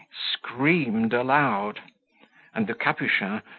screamed aloud and the capuchin,